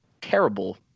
terrible